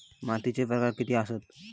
मातीचे प्रकार किती आसत?